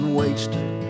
wasted